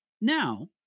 Now